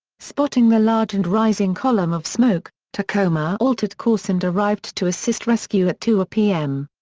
spotting the large and rising column of smoke, tacoma altered course and arrived to assist rescue at two pm.